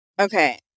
Okay